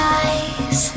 eyes